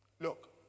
Look